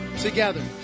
together